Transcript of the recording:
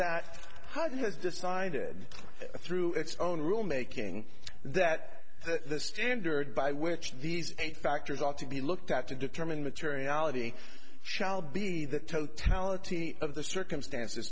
hunt has decided through its own rule making that the standard by which these factors ought to be looked at to determine materiality shall be the totality of the circumstances